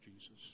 Jesus